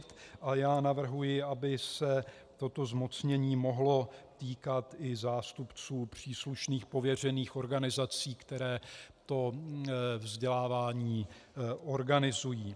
A já navrhuji, aby se toto zmocnění mohlo týkat i zástupců příslušných pověřených organizací, které vzdělávání organizují.